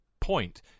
point